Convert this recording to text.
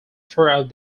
throughout